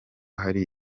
hari